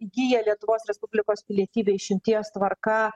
įgyja lietuvos respublikos pilietybę išimties tvarka